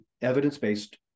evidence-based